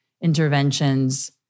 interventions